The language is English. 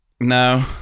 No